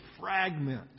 fragment